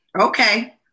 Okay